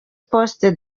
poste